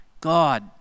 God